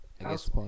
house